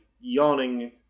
yawning